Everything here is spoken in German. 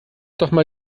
doch